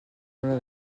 una